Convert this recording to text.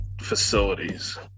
facilities